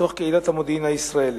בתוך קהילת המודיעין הישראלי.